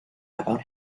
about